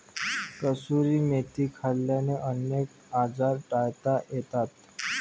कसुरी मेथी खाल्ल्याने अनेक आजार टाळता येतात